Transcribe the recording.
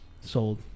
sold